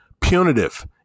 punitive